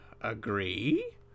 agree